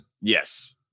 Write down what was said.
Yes